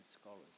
scholars